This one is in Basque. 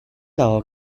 dago